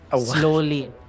slowly